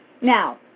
Now